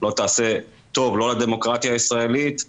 לא תעשה טוב לא לדמוקרטיה הישראלית,